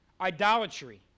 Idolatry